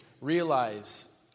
realize